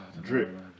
Drip